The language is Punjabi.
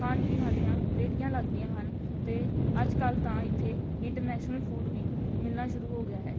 ਖਾਣ ਪੀਣ ਵਾਲੀਆਂ ਰੇਹੜੀਆਂ ਲੱਗਦੀਆਂ ਹਨ ਅਤੇ ਅੱਜ ਕੱਲ੍ਹ ਤਾਂ ਇੱਥੇ ਇੰਟਰਨੈਸ਼ਨਲ ਫੂਡ ਵੀ ਮਿਲਣਾ ਸ਼ੁਰੂ ਹੋ ਗਿਆ ਹੈ